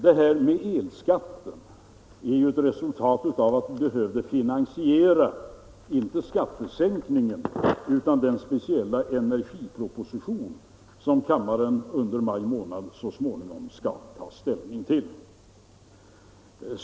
Höjningen av elskatten är ett resultat av att vi behövde finansiera inte skattesänkningen utan följderna av den speciella energipropositionen som kammaren under maj månad skall ta ställning till.